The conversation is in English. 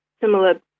similar